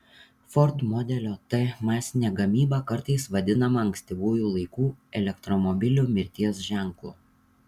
ford modelio t masinė gamyba kartais vadinama ankstyvųjų laikų elektromobilių mirties ženklu